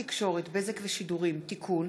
הצעת חוק התקשורת (בזק ושידורים) (תיקון,